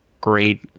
great